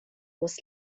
was